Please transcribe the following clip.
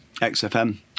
XFM